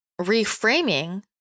reframing